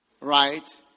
right